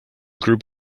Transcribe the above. group